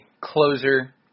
closer